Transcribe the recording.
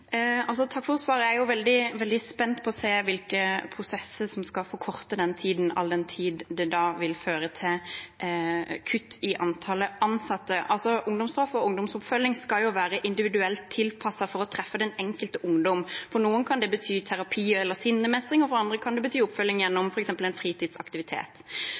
for svaret. Jeg er veldig spent på å se hvilke prosesser som skal forkorte den tiden, all den tid det da vil føre til kutt i antall ansatte. Ungdomsstraff og ungdomsoppfølging skal jo være individuelt tilpasset for å treffe den enkelte ungdom. For noen kan det bety terapi eller sinnemestring, og for andre kan det bety oppfølging gjennom f.eks. en fritidsaktivitet.